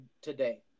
today